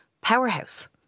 powerhouse